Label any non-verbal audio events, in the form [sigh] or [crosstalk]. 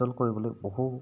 [unintelligible]